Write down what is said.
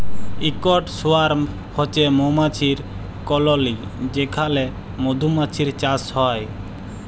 ইকট সোয়ার্ম হছে মমাছির কললি যেখালে মধুমাছির চাষ হ্যয়